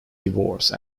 divorce